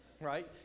Right